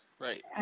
right